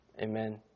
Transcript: Amen